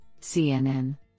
CNN